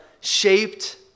shaped